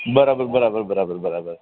બરાબર બરાબર બરાબર બરાબર